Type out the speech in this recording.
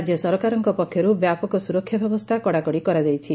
ରାଜ୍ୟ ସରକାରଙ୍କ ପକ୍ଷରୁ ବ୍ୟାପକ ସୁରକ୍ଷା ବ୍ୟବସ୍କା କଡ଼ାକଡ଼ି କରାଯାଇଛି